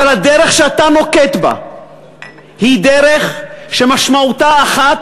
אבל הדרך שאתה נוקט היא דרך שמשמעותה אחת,